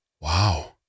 Wow